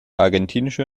argentinische